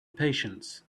patience